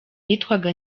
yitwaga